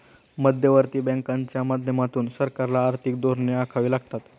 मध्यवर्ती बँकांच्या माध्यमातून सरकारला आर्थिक धोरणे आखावी लागतात